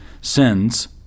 sins